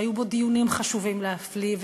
והיו בו דיונים חשובים להפליא,